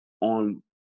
on